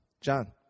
John